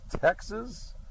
Texas